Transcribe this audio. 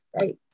right